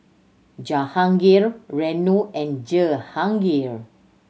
Jahangir Renu and Jehangirr